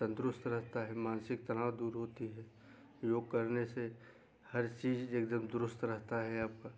तंदुरुस्त रहता है मानसिक तनाव दूर होती है योग करने से हर चीज एकदम दुरुस्त रहता है आपका